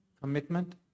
Commitment